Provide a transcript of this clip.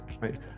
right